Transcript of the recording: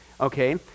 okay